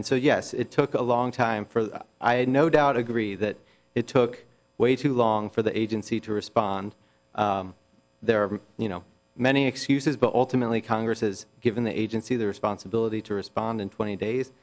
and so yes it took a long time for i had no doubt agree that it took way too long for the agency to respond there are you know many excuses but ultimately congress has given the agency the responsibility to respond in twenty days